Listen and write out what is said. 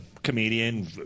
Comedian